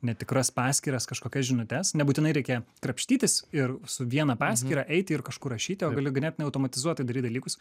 netikras paskyras kažkokias žinutes nebūtinai reikia krapštytis ir su viena paskyra eiti ir kažkur rašyti o gali ganėtinai automatizuotai daryt dalykus